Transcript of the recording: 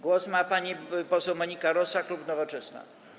Głos ma pani poseł Monika Rosa, klub Nowoczesna.